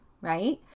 right